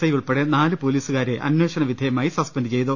I ഉൾപ്പെടെ നാലു പ്പൊലീസുകാരെ അന്വേഷണവിധേയമായി സസ്പെന്റ് ചെയ്തു